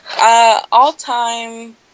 All-time